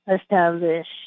establish